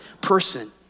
person